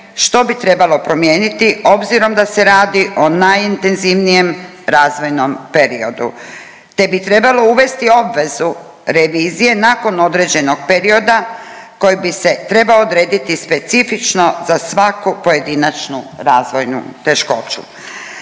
što bi trebalo promijeniti obzirom da se radi o najintenzivnijem razvojnom periodu te bi trebalo uvesti obvezu revizije nakon određenog perioda koji bi se trebao odrediti specifično za svaku pojedinačnu razvojnu teškoću.